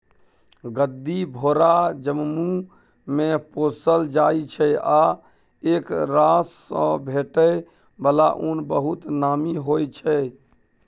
गद्दी भेरा जम्मूमे पोसल जाइ छै आ एकरासँ भेटै बला उन बहुत नामी होइ छै